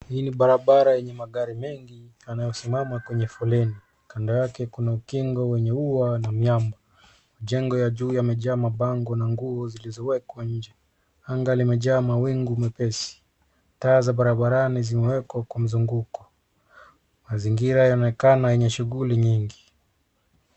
Hii ni barabara yenye magari mengi yanayosimama kwenye foleni. Kando yake kuna ukingo wenye ua na miamba. Jengo ya juu yamejaa mabango na nguo zilizowekwa nje. Anga limejaa mawingu mepesi. Taa za barabarani zimewekwa kwa mzunguko. Mazingira yaonekana yenye shughuli nyingi.